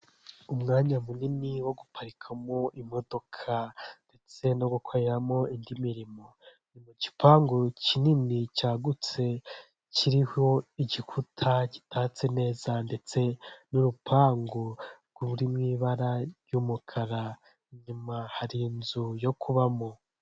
Umwanya munini wo guparikamo imodoka ndetse no gukoreramo indi mirimo mu gipangu kinini cyagutse, kiriho igikuta gitatse neza ndetse n'urupangu ruri mu ibara ry'umukara, inyuma hari inzu yo kubamo.